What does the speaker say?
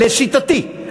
לשיטתי,